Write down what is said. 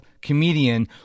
comedian